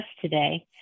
today